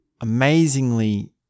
amazingly